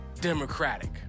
Democratic